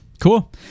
cool